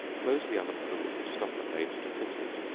close the oven with a wooden stopper made to fit it